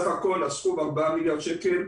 בסך הכול הסכום הוא 4 מיליארד שקל.